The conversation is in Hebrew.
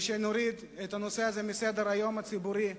ונוריד את הנושא הזה מסדר-היום הציבורי,